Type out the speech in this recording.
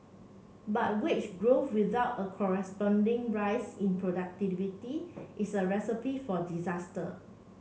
but wage growth without a corresponding rise in productivity is a recipe for disaster